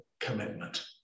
commitment